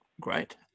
Great